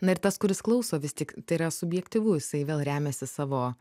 na ir tas kuris klauso vis tik tai yra subjektyvu jisai vėl remiasi savo